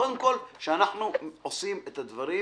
קודם כל, שאנחנו עושים את הדברים